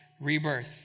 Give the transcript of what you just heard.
rebirth